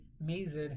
mazed